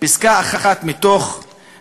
פסקה אחת מפסק-דין